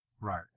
Right